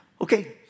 Okay